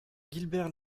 guilbert